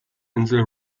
insel